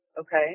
okay